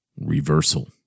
reversal